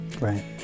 Right